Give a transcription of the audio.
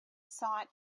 sought